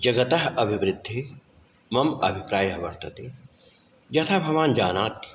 जगतः अभिवृद्ध्यै मम अभिप्रायः वर्तते यथा भवान् जानात्